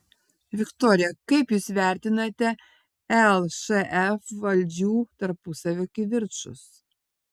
viktorija kaip jūs vertinate lšf valdžių tarpusavio kivirčus